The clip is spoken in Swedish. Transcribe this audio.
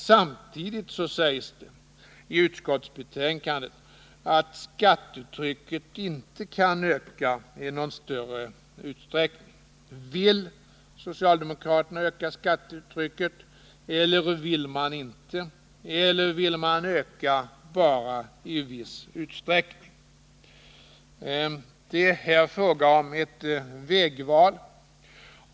Samtidigt sägs det i utskottsbetänkandet att skattetrycket inte kan öka i någon större utsträckning. Vill socialdemokraterna öka skattetrycket eller vill man det inte? Eller vill man öka bara i viss utsträckning? Det är här fråga om ett vägval.